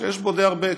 שיש בו די הרבה,